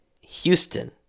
houston